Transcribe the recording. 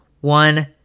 one